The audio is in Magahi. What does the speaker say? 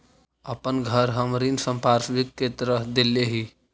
अपन घर हम ऋण संपार्श्विक के तरह देले ही